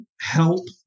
help